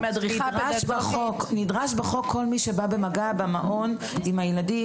נדרש בחוק כל מי שבא במגע במעון עם הילדים,